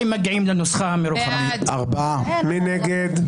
מי נגד?